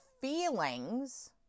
feelings